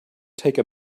take